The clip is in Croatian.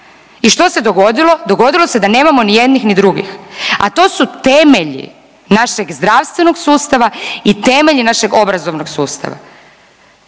I što se dogodilo? Dogodilo se da nemamo ni jednih ni drugih. A to su temelji našeg zdravstvenog sustava i temelji našeg obrazovnog sustava.